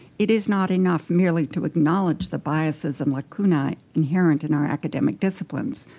it is not enough merely to acknowledge the biases and lacunae inherent in our academic disciplines.